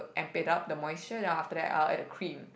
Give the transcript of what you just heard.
embed up the moisture then after that I'll add the cream